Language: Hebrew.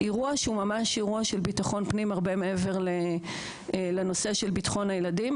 זה אירוע שהוא ממש אירוע של ביטחון פנים הרבה מעבר לנושא ביטחון הילדים.